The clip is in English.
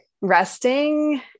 resting